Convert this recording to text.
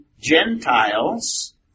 Gentiles